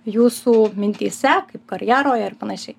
jūsų mintyse kaip karjeroje ir panašiai